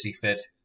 fit